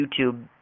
YouTube